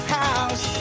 house